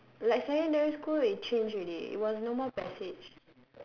like secondary school they change already it was no more passage